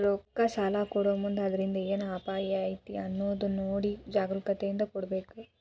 ರೊಕ್ಕಾ ಸಲಾ ಕೊಡೊಮುಂದ್ ಅದ್ರಿಂದ್ ಏನ್ ಅಪಾಯಾ ಐತಿ ಅನ್ನೊದ್ ನೊಡಿ ಜಾಗ್ರೂಕತೇಂದಾ ಕೊಡ್ಬೇಕ್